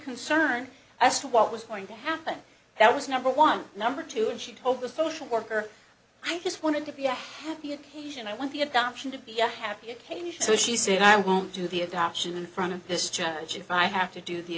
concerned as to what was going to happen that was number one number two and she told the social worker i just wanted to be a happy occasion i want the adoption to be a happy occasion so she said i won't do the adoption in front of this judge if i have to do the